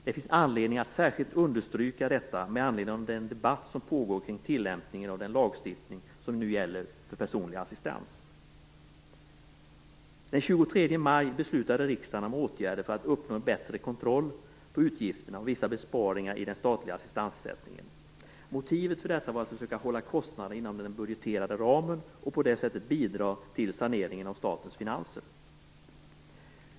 Det finns anledning att särskilt understryka detta med anledning av den debatt som pågår om tillämpningen av den lagstiftning som nu gäller för personlig assistans. Den 23 maj beslutade riksdagen om åtgärder för att uppnå bättre kontroll på utgifterna och om om vissa besparingar i den statliga assistansersättningen. Motivet var att försöka att hålla kostnaderna inom den budgeterade ramen för att på det sättet bidra till saneringen av statens finanser.